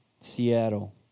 Seattle